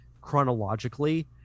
chronologically